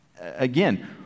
Again